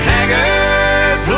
Haggard